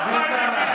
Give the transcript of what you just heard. עבדת על כולם.